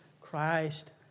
Christ